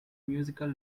musical